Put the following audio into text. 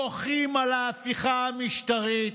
מוחים על ההפיכה המשטרית